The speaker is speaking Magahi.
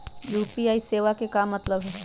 यू.पी.आई सेवा के का मतलब है?